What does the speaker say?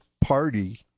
party